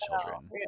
children